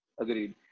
Agreed